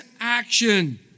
action